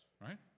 right